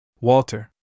Walter